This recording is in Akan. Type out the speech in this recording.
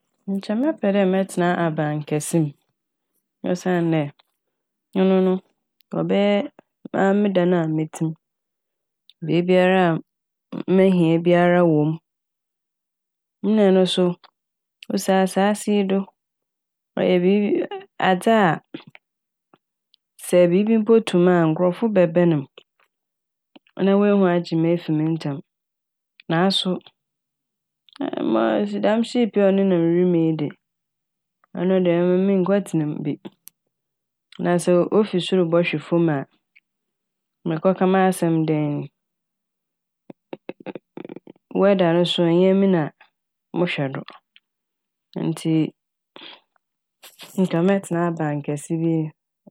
Nkyɛ mɛpɛ dɛ mɛtsena aban kɛse m' osiandɛ ɔno no ɔbɛyɛ maa me dan a metse m' beebiara mehia biara wɔ m'. Nna ɔno so osi asaase yi do, ɔyɛ biib- aa- adze a sɛ biibi mpo to me a nkorɔfo bɛbɛn ne m' na woehu agye me efi mu ntsɛm. Naaso ma-dɛm "ship" yi a ɔnenam wimu yi de ɔno de mennkɔtsena mu bi na sɛ ofi sor bɔhwe famu a mekɔka m'asɛm dɛn ni. wɛda no so ɔnnyɛ emi na mohwɛ do ntsi nka mɛtsena aban kɛse bi mu.